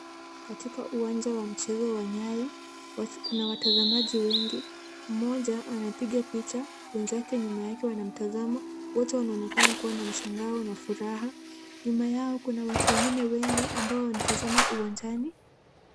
Katika uwanja wa mchezo wa Nyayo kuna watazamaji wengi. Mmoja anapiga picha, wenzake nyuma yake wanamtazama. Wote wanaonekana kuwa na mshangao na furaha. Nyuma yao kuna watu wengine wengi ambao wanatazama uwanjani.